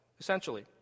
essentially